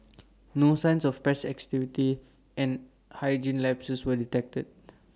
no signs of pest activity and hygiene lapses were detected